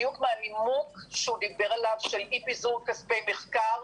בדיוק מהנימוק של אי פיזור כספי מחקר.